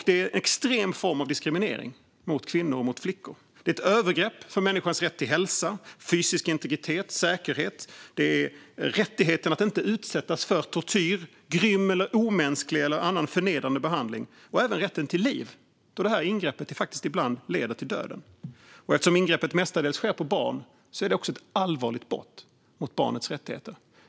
Det är en extrem form av diskriminering mot flickor och kvinnor. Det är ett övergrepp på människans rätt till hälsa, fysisk integritet och säkerhet. Det handlar om rättigheten att inte utsättas för tortyr eller grym, omänsklig eller annan förnedrande behandling. Det handlar även om rätten till liv då detta ingrepp faktiskt ibland leder till döden. Eftersom ingreppet mestadels sker på barn är det också ett allvarligt brott mot barnets rättigheter.